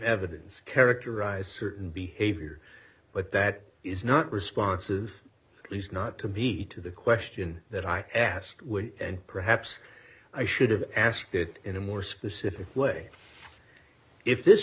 evidence characterize certain behavior but that is not responsive is not to be to the question that i asked when and perhaps i should have asked it in a more specific way if this